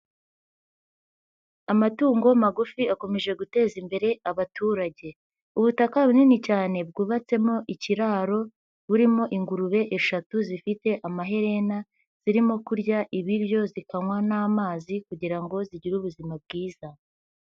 Amatungo magufi akomeje guteza imbere abaturage. Ubutaka bunini cyane bwubatsemo ikiraro, burimo ingurube eshatu zifite amaherena, zirimo kurya ibiryo zikanywa n'amazi kugira ngo zigire ubuzima bwiza.